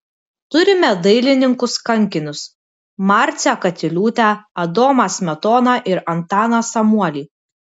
turime dailininkus kankinius marcę katiliūtę adomą smetoną ir antaną samuolį